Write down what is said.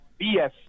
BS